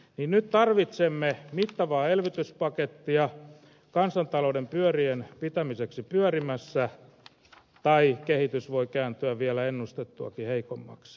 nyt tarvitsemme mittavaa elvytyspakettia kansantalouden pyörien pitämiseksi pyörimässä tai kehitys voi kääntyä vielä ennustettuakin heikommaksi